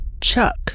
Chuck